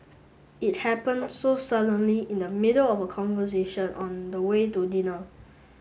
it happened so suddenly in the middle of a conversation on the way to dinner